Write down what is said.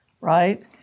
right